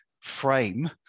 frame